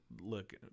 look